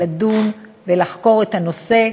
לדון ולחקור את הנושא,